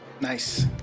Nice